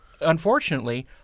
unfortunately